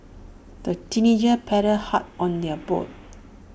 the teenagers paddled hard on their boat